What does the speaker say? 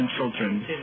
children